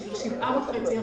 7.5%,